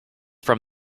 from